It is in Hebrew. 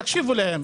תקשיבו להם.